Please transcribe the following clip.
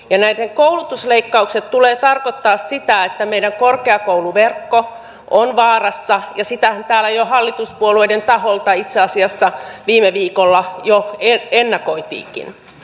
nämä koulutusleikkaukset tulevat tarkoittamaan sitä että meidän korkeakouluverkkomme on vaarassa ja sitähän täällä hallituspuolueiden taholta itse asiassa viime viikolla jo ennakoitiinkin